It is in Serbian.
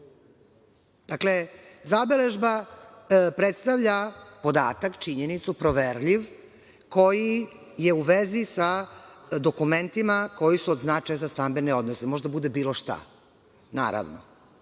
je. Dakle, zabeležba predstavlja podatak, činjenicu, proverljiv koji je u vezi sa dokumentima koji su od značaja za stambene odnose. Može da bude bilo šta. Onaj